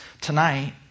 tonight